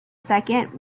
second